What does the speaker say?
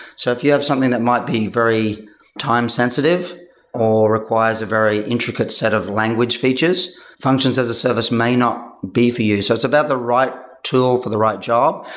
so if you have something that might be very time sensitive or requires a very intricate set of language features, functions as a service may not be for you. so it's about the right tool for the right job.